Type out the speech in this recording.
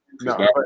No